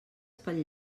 pel